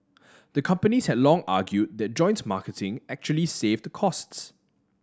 the companies had long argued that joint marketing actually saved costs